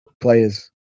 players